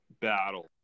battle